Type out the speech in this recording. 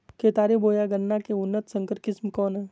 केतारी बोया गन्ना के उन्नत संकर किस्म कौन है?